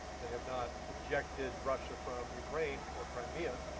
they have not ejected russia from ukraine or crimea,